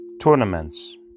tournaments